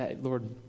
Lord